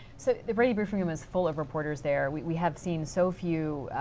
so the brady briefing room is full of reporters there. we have seen so few